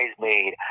made